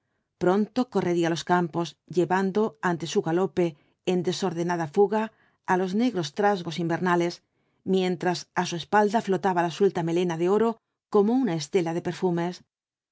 pronto correría los campos llevando ante su galope en desordenada fuga á los negros trasgos invernales mientras á su espalda flotaba la suelta melena de oro como una estela de perfumes